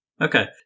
okay